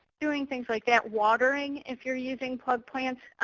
doing things like that. watering. if you're using plug plants,